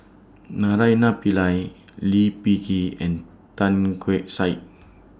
Naraina Pillai Lee Peh Gee and Tan Keong Saik